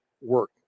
work